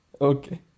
Okay